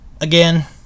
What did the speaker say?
Again